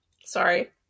Sorry